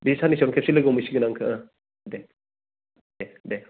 बे साननैसोआवनो खेबसे लोगो हमहैसिगोन आं नोंखो ओह दे दे दे